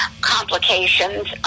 complications